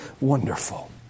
wonderful